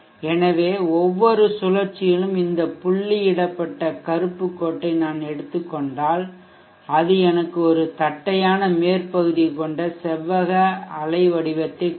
எனவே ஒவ்வொரு சுழற்சியிலும் இந்த புள்ளியிடப்பட்ட கருப்பு கோட்டை நான் எடுத்துக் கொண்டால் அது எனக்கு ஒரு தட்டையான மேற்பகுதி கொண்ட செவ்வக அலை வடிவத்தை கொடுக்கும்